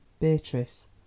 Beatrice